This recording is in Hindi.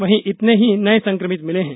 वहीं इतने ही नये संक्रमित मिले हैं